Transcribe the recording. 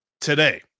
today